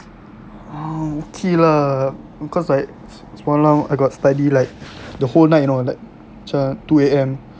ah okay lah because like semalam I got study like the whole night you know like macam two A_M